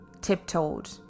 tiptoed